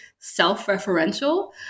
self-referential